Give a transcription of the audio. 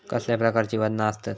कसल्या प्रकारची वजना आसतत?